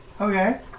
Okay